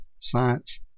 science